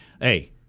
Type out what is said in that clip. Hey